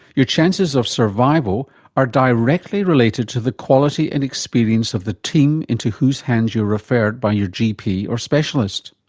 your chances of survival are directly related to the quality and experience of the team into whose hands you're referred by your gp or specialist.